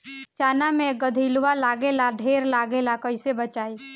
चना मै गधयीलवा लागे ला ढेर लागेला कईसे बचाई?